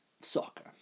soccer